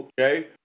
Okay